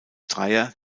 dreier